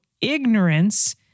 ignorance